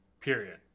period